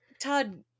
Todd